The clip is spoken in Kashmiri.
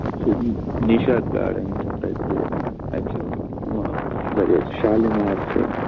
یہِ چھِ نِشاط گارڈٕن چھُ تَتہِ تتہِ چھِ وارِیاہ شالیمار چھےٚ